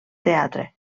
teatre